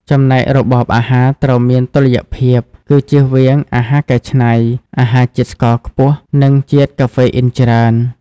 ចំណែក របបអាហារត្រូវមានតុល្យភាព គឺជៀសវាងអាហារកែច្នៃ អាហារជាតិស្ករខ្ពស់ និងជាតិកាហ្វេអ៊ីនច្រើន។